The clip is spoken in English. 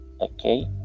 okay